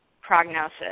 prognosis